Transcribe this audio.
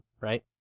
right